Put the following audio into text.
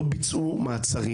לא ביצעו מעצרים.